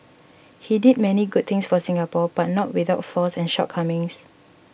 he did many good things for Singapore but not without flaws and shortcomings